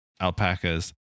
alpacas